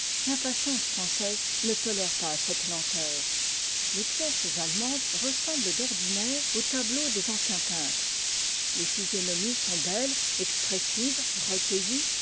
l'impatience francaise ne to ère pas cette fenteur les pièces allemandes ressemblent d'ordinaire aux tameaùx des aneiéns peintr'és tes physionomies sont belles expressives rëcuei